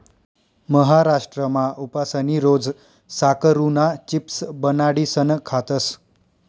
महाराष्ट्रमा उपासनी रोज साकरुना चिप्स बनाडीसन खातस